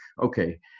okay